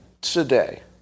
today